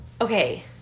Okay